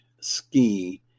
skiing